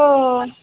हो हो